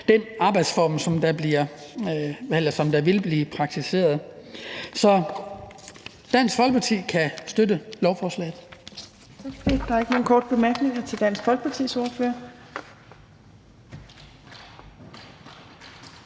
den arbejdsform, der vil blive praktiseret. Så Dansk Folkeparti kan støtte lovforslaget.